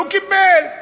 הוא קיבל.